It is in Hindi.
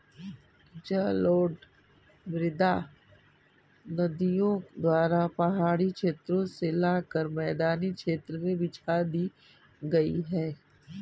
जलोढ़ मृदा नदियों द्वारा पहाड़ी क्षेत्रो से लाकर मैदानी क्षेत्र में बिछा दी गयी है